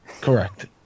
Correct